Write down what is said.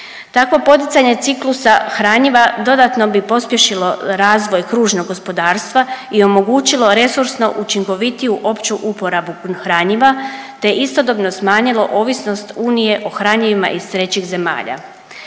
Takvo poticanje ciklusa hranjiva dodatno bi pospješilo razvoj kružnog gospodarstva i omogućilo resursno učinkovitiju opću uporabu hranjiva, te istodobno smanjilo ovisnost unije o hranjivima iz trećih zemalja.